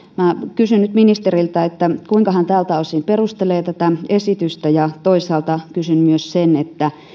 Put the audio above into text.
kysyn nyt ministeriltä kuinka hän tältä osin perustelee tätä esitystä ja toisaalta kysyn myös sen